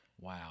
Wow